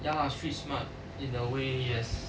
ya